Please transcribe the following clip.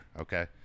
okay